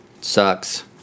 sucks